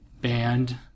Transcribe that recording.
band